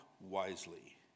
wisely